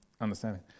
understanding